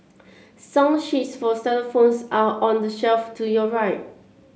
song sheets for xylophones are on the shelf to your right